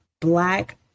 black